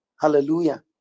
Hallelujah